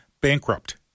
bankrupt